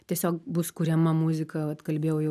tiesiog bus kuriama muzika vat kalbėjau jau